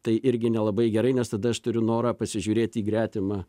tai irgi nelabai gerai nes tada aš turiu norą pasižiūrėt į gretimą